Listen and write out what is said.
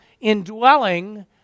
indwelling